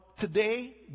Today